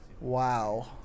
wow